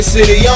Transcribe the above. City